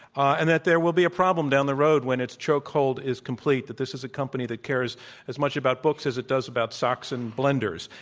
and that there will be a problem down the road when its chokehold is complete, that this is a company that cares as much about books as it does about socks and blenders,